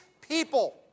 people